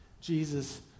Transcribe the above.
Jesus